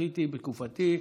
וזכיתי בתקופתי,